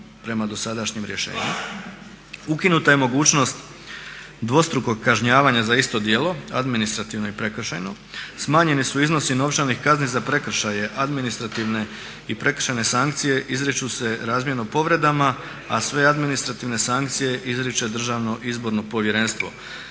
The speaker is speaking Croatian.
prema dosadašnjem rješenju. Ukinuta je mogućnost dvostrukog kažnjavanja za isto djelo administrativno i prekršajno, smanjeni su iznosi novčanih kazni za prekršaje, administrativne i prekršajne sankcije izriču se razmjerno povredama, a sve administrativne sankcije izriče Državno izborno povjerenstvo.